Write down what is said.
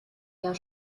jahr